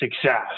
success